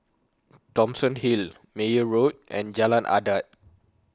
Thomson Hill Meyer Road and Jalan Adat